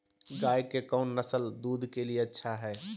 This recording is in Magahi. गाय के कौन नसल दूध के लिए अच्छा है?